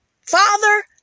Father